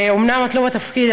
אומנם את לא בתפקיד,